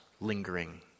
lingering